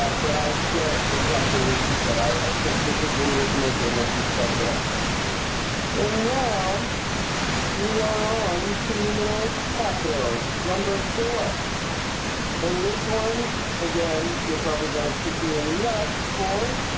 ah but i get exactly what you said. i can't disagree with most of what you said that and now we are on to the middle row number four in this one again you're probably going to keep me in nuts for